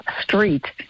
Street